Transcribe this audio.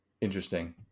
interesting